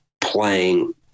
playing